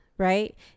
Right